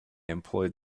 employed